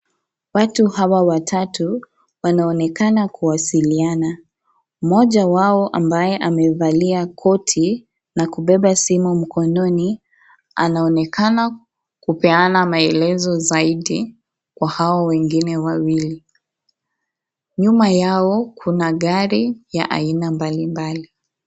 Watu hawa watatu wanaonekana kuwasiliana, mmoja wao ambaye amevalia koti na kubeba simu mkononi anonekana kupeana maelezo zaidi kwa hao wengine wawili ,nyuma yao kuna gari ya aina mbalimbali.